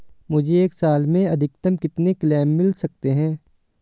मुझे एक साल में अधिकतम कितने क्लेम मिल सकते हैं?